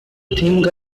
think